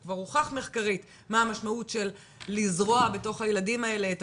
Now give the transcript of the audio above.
כי כבר הוכח מחקרית מה המשמעות של לזרוע בתוך הילדים האלה את